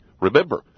Remember